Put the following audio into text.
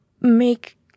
make